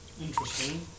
Interesting